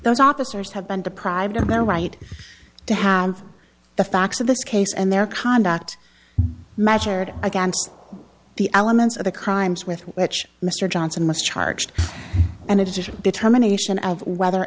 those officers have been deprived of their right to have the facts of this case and their conduct measured against the elements of the crimes with which mr johnson must charge and it isn't determination of whether